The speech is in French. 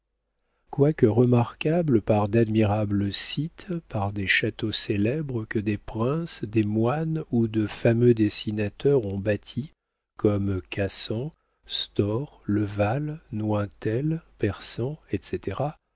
quoique remarquable par d'admirables sites par des châteaux célèbres que des princes des moines ou de fameux dessinateurs ont bâtis comme cassan stors le val nointel persan etc